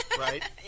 right